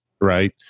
right